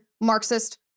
Marxist